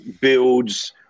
builds